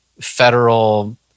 federal